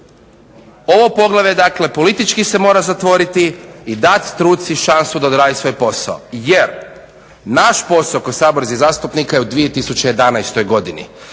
Ovo poglavlje dakle politički se mora zatvoriti i dat struci šansu da odradi svoj posao jer naš posao kao saborskih zastupnika je u 2011. godini.